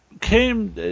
came